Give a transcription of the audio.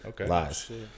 Okay